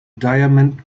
diamond